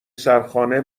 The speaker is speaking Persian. سرخانه